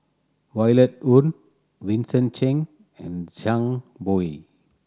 Violet Oon Vincent Cheng and Zhang Bohe